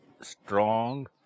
strong